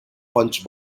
punch